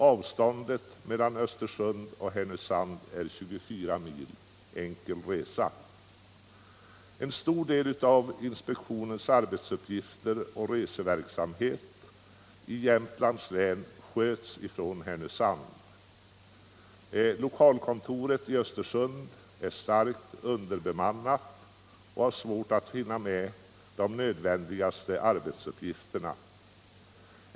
Avståndet mellan Östersund och Härnösand är 24 mil enkel resa. En stor del av inspektionens arbetsuppgifter och reseverksamhet i Jämtlands län sköts från Härnösand. Lokalkontoret i Östersund är starkt underbemannat och har svårt att hinna med de nödvändigaste arbetsuppgifterna.